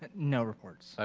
no reports.